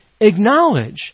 acknowledge